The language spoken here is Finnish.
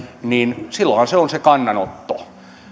niin silloinhan se on se kannanotto